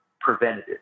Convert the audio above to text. preventative